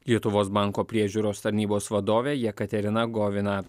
lietuvos banko priežiūros tarnybos vadovė jekaterina govina